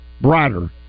brighter